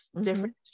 different